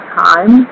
time